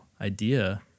idea